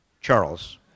Charles